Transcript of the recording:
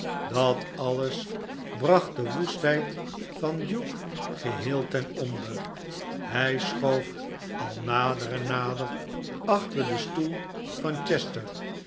dat alles bracht de woestheid van hugh geheel ten onder hij schoof al nader en nader achter den stoel van chester